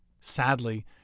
Sadly